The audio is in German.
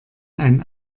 ein